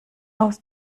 aus